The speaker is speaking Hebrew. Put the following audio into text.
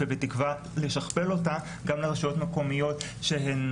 ובתקווה לשכפל אותה גם לרשויות מקומיות שהן